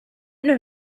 know